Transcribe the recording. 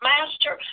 Master